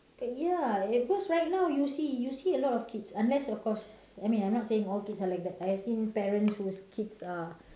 ya eh because right now you see you see a lot of kids unless of course I mean I'm not saying all kids are like that I have seen parents whose kids are